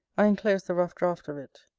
i inclose the rough draught of it.